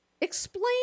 Explain